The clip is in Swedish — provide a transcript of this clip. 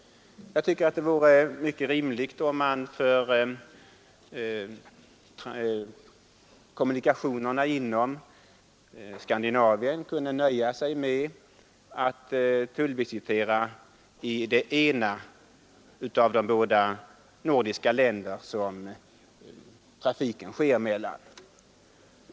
Det vore mycket rimligt om man för kommunikationerna inom Skandinavien kunde nöja sig med att tullvisitera endast i det ena av de nordiska länder som trafiken sker emellan.